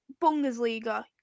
Bundesliga